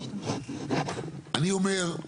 אני אומר,